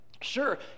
Sure